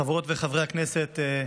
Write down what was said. חברות וחברי הכנסת,